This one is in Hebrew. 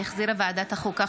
שהחזירה ועדת החוקה,